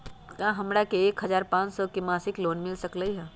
का हमरा के एक हजार पाँच सौ के मासिक लोन मिल सकलई ह?